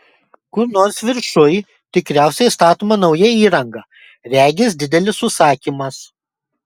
kur nors viršuj tikriausiai statoma nauja įranga regis didelis užsakymas